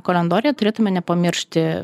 kalendoriuje turėtume nepamiršti